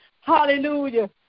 Hallelujah